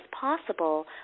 possible